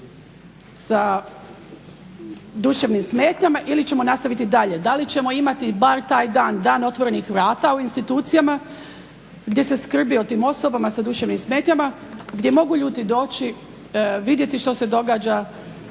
sa duševnim smetnjama ili ćemo nastaviti dalje. Da li ćemo imati bar taj dan? Dan otvorenih vrata u institucijama gdje se skrbi o tim osobama sa duševnim smetnjama, gdje mogu ljudi doći vidjeti što se događa,